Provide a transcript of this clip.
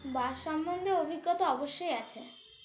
বাস সম্বন্ধে অভিজ্ঞতা অবশ্যই আছে